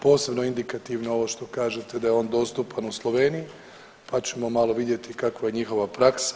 Posebno je indikativno ovo što kažete da je on dostupan u Sloveniji, pa ćemo malo vidjeti kakva je njihova praksa.